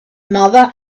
mother